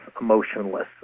emotionless